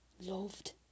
loved